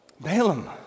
Balaam